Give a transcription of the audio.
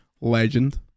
Legend